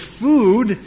food